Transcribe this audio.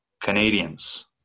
Canadians